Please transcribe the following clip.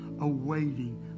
awaiting